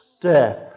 death